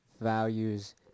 values